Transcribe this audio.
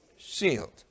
sealed